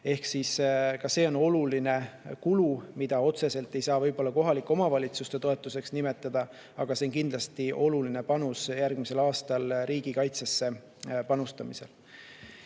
ületamine. Ka see on oluline kulu, mida otseselt ei saa võib-olla kohalike omavalitsuste toetuseks nimetada, aga see on kindlasti oluline panus järgmisel aastal riigikaitsesse. Pikalt